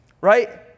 right